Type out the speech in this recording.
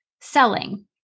selling